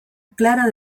clara